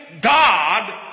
God